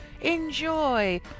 Enjoy